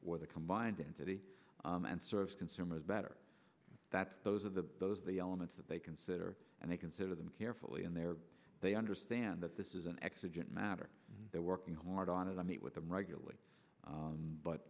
or the combined entity and serves consumers better that those are the those the elements that they consider and they consider them carefully and there they understand that this is an excellent matter they're working hard on it i meet with them regularly